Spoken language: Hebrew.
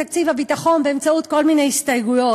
תקציב הביטחון באמצעות כל מיני הסתייגויות.